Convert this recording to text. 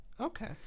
Okay